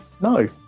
No